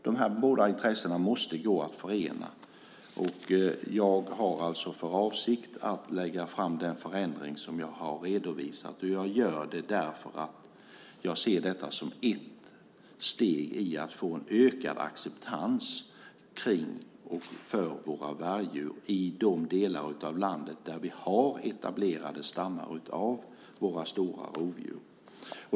Dessa båda intressen måste gå att förena. Jag har alltså för avsikt att lägga fram den förändring som jag har redovisat, och jag gör det för att jag ser det som ett steg i riktning mot en ökad acceptans för våra vargdjur i de delar av landet där det finns etablerade stammar av våra stora rovdjur.